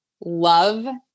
love